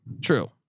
True